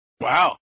Wow